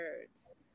birds